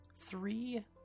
Three